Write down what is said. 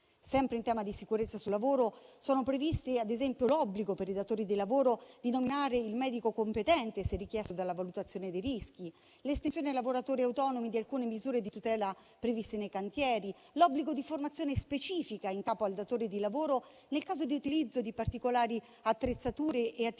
Sempre in tema di sicurezza sul lavoro, sono previsti, ad esempio, l'obbligo per i datori di lavoro di nominare il medico competente, se richiesto dalla valutazione dei rischi; l'estensione ai lavoratori autonomi di alcune misure di tutela previste nei cantieri; l'obbligo di formazione specifica in capo al datore di lavoro nel caso di utilizzo di particolari attrezzature e attività